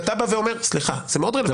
זה מאוד רלוונטי.